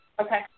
Okay